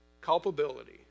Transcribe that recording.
culpability